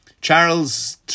Charles